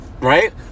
Right